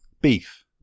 beef